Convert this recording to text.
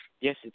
yes